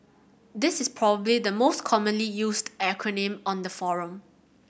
this is probably the most commonly used acronym on the forum